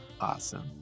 Awesome